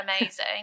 amazing